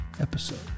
episode